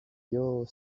your